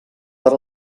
per